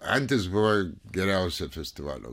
antis buvo geriausia festivalio